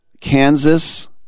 Kansas